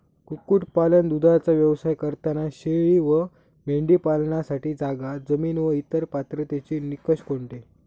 कुक्कुटपालन, दूधाचा व्यवसाय करताना शेळी व मेंढी पालनासाठी जागा, जमीन व इतर पात्रतेचे निकष कोणते?